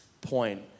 point